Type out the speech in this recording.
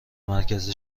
مرکز